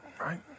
right